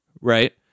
Right